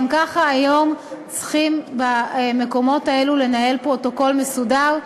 ככה היום צריכים במקומות האלה לנהל פרוטוקול מסודר,